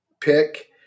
pick